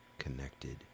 Connected